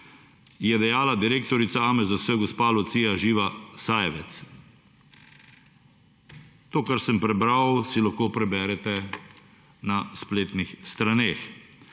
je dejala direktorica AMZS gospa Lucija Živa Sajevec. To, kar sem prebral si lahko preberete na spletnih straneh.